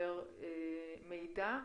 יותר מידע.